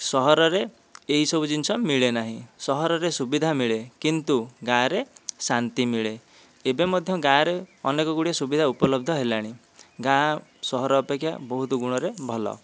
ସହରରେ ଏହିସବୁ ଜିନଷ ମିଳେ ନାହିଁ ସହରରେ ସୁବିଧା ମିଳେ କିନ୍ତୁ ଗାଁରେ ଶାନ୍ତି ମିଳେ ଏବେ ମଧ୍ୟ ଗାଁରେ ଅନେକ ଗୁଡ଼ିଏ ସୁବିଧା ଉପଲବ୍ଧ ହେଲାଣି ଗାଁ ସହର ଅପେକ୍ଷା ବହୁତ ଗୁଣରେ ଭଲ